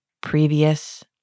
previous